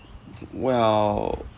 w~ w~ well